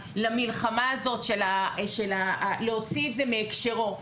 המלחמה הזאת של להוציא את זה מהקשרו,